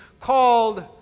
called